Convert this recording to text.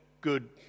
good